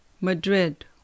Madrid